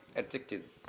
adjectives